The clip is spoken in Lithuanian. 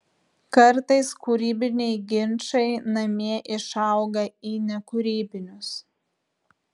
kartais kūrybiniai ginčai namie išauga į nekūrybinius